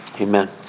amen